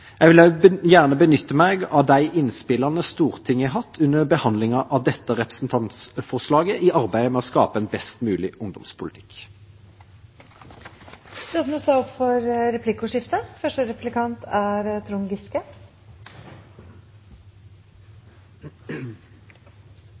Jeg vil gjerne også benytte meg av de innspillene Stortinget har hatt under behandlingen av dette representantforslaget, i arbeidet med å skape en best mulig ungdomspolitikk. Det blir replikkordskifte. For